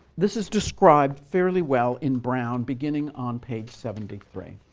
this is described fairly well in brown, beginning on page seventy three.